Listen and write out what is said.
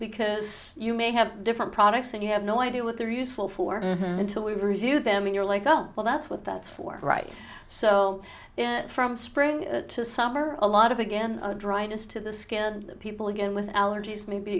because you may have different products and you have no idea what they're useful for until we've reviewed them in your leg up well that's what that's for right so from spring to summer a lot of again a dryness to the skin and people again with allergies may be